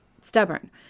stubborn